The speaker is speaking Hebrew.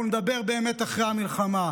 אנחנו נדבר באמת אחרי המלחמה,